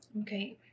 Okay